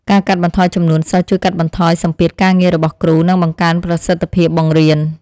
ការកាត់បន្ថយចំនួនសិស្សជួយកាត់បន្ថយសម្ពាធការងាររបស់គ្រូនិងបង្កើនប្រសិទ្ធភាពបង្រៀន។